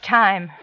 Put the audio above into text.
time